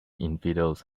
infidels